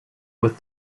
with